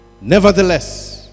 Nevertheless